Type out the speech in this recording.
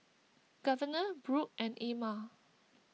Governor Brook and Ilma